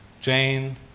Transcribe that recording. Jane